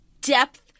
depth